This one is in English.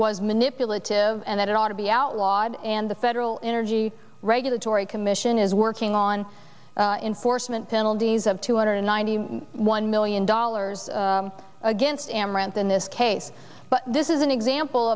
was manipulate and that it ought to be outlawed and the federal energy regulatory commission is working on enforcement penalties of two hundred ninety one million dollars against amaranth in this case but this is an example